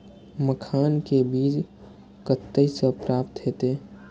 मखान के बीज कते से प्राप्त हैते?